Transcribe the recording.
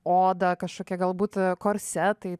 oda kažkokia galbūt korsetai